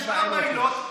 יש ארבע עילות,